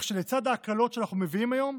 לצד ההקלות שאנחנו מביאים היום,